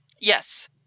Yes